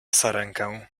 sarenkę